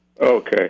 Okay